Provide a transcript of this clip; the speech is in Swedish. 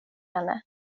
henne